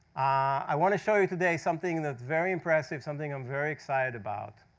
i want to show you today something that's very impressive, something i'm very excited about,